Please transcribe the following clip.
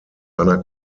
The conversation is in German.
einer